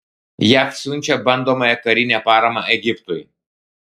jav siunčia bandomąją karinę paramą egiptui